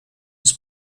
its